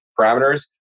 parameters